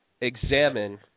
examine